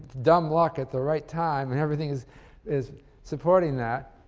dumb luck at the right time and everything is is supporting that,